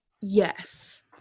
Yes